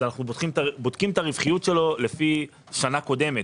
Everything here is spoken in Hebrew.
אז אנחנו בודקים את הרווחיות שלו לפי שנה קודמת,